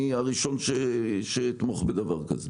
אני הראשון שאתמוך בדבר הזה.